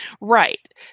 right